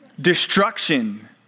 Destruction